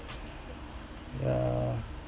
yeah